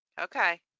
Okay